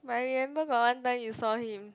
but I remember got one time you saw him